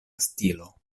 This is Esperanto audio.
stilo